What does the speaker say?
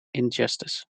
injustice